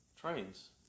trains